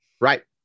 Right